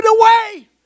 away